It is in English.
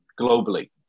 globally